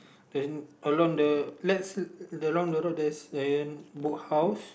the along the let's uh along the road there's an Book House